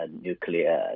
nuclear